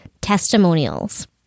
testimonials